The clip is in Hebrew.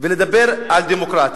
ולדבר על דמוקרטיה,